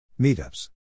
Meetups